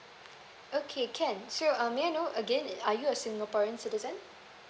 okay can so uh may I know again are you a singaporean citizen